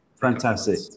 Fantastic